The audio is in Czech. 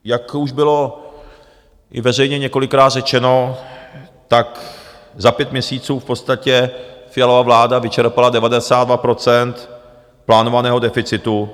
Jak už bylo i veřejně několikrát řečeno, tak za pět měsíců v podstatě Fialova vláda vyčerpala 92 % plánovaného deficitu.